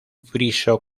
friso